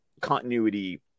continuity